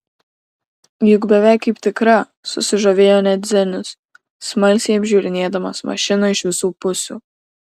juk beveik kaip tikra susižavėjo net zenius smalsiai apžiūrinėdamas mašiną iš visų pusių